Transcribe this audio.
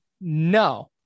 No